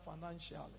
financially